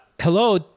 Hello